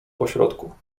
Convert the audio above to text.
pośrodku